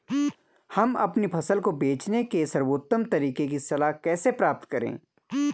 हम अपनी फसल को बचाने के सर्वोत्तम तरीके की सलाह कैसे प्राप्त करें?